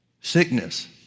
sickness